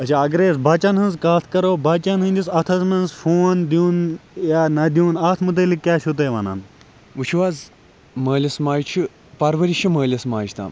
وٕچھِو حظ مٲلِس ماجہِ چھ پَرؤرِش چھِ مٲلِس ماجہِ تام